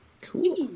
Cool